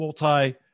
multi